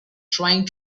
trying